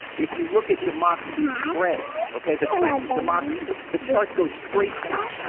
if you look at democracy trends okay the trends of democracy, the chart goes straight down.